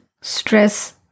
stress